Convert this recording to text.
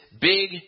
big